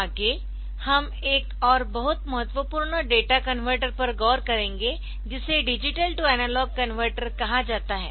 आगे हम एक और बहुत महत्वपूर्ण डेटा कनवर्टर पर गौर करेंगे जिसे डिजिटल टू एनालॉग कनवर्टर कहा जाता है